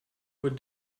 wurde